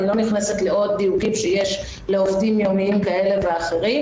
אני לא נכנסת לעוד דיוקים שיש לעובדים יומיים כאלה ואחרים,